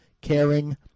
caring